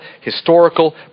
historical